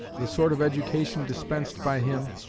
the sort of education dispensed by him,